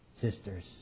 sisters